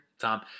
Tom